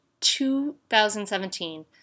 2017